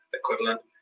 equivalent